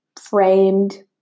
framed